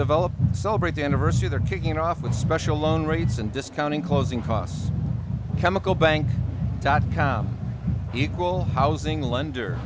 develop celebrate the anniversary they're kicking off with special loan rates and discounting closing costs chemical bank dot com equal housing lender